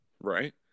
right